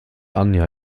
anja